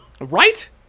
right